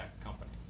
company